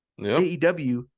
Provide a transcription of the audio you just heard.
AEW